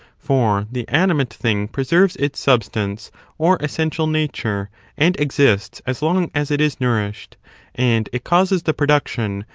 for the animate thing preserves its substance or essential nature and exists as long as it is nourished and it causes the production,